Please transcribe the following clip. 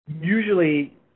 usually